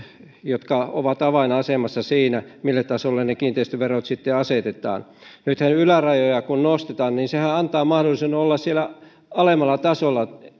jotka ovat avainasemassa siinä mille tasolle ne kiinteistöverot sitten asetetaan nyt kun ylärajoja nostetaan niin sehän antaa mahdollisuuden olla siellä alemmalla tasolla